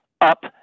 up